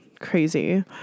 crazy